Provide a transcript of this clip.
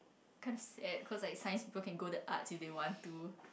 kind of sad cause like science people can go to arts if they want to